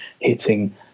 hitting